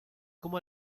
como